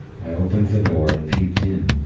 i opened the door, and peeped in.